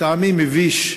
לטעמי מביש,